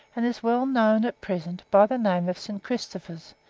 and is well known at present by the name of st. christopher's,